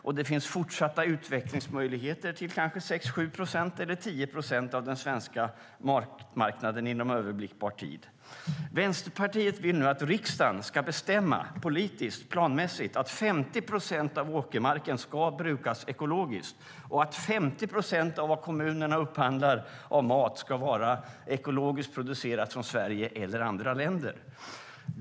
Och det finns fortsatta utvecklingsmöjligheter till kanske 6-7 procent eller 10 procent av den svenska matmarknaden inom överblickbar tid. Vänsterpartiet vill nu att riksdagen ska bestämma politiskt, planmässigt, att 50 procent av åkermarken ska brukas ekologiskt och att 50 procent av vad kommunerna upphandlar av mat ska vara ekologiskt producerat, från Sverige eller andra länder.